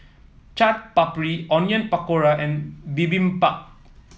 Chaat Papri Onion Pakora and Bibimbap